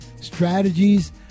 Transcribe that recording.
strategies